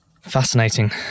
Fascinating